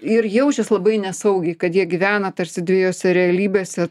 ir jaučias labai nesaugiai kad jie gyvena tarsi dvejose realybėse